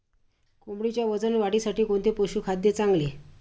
कोंबडीच्या वजन वाढीसाठी कोणते पशुखाद्य चांगले?